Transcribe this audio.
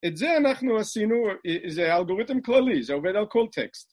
את זה אנחנו עשינו, זה האלגוריתם כללי, זה עובד על כל טקסט